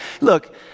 look